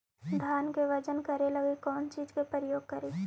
धान के बजन करे लगी कौन चिज के प्रयोग करि?